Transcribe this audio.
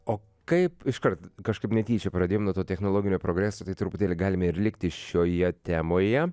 o kaip iškart kažkaip netyčia pradėjom nuo to technologinio progreso tai truputėlį galime ir likti šioje temoje